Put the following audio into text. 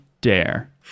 dare